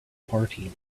party